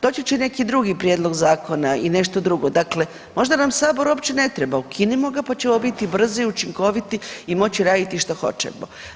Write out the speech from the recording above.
Doći će neki drugi prijedlog zakona i nešto drugo, dakle možda nam Sabor uopće ne treba, ukinimo ga pa ćemo biti brzi, učinkoviti i moći raditi što hoćemo.